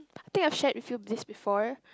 I think I shared with you this before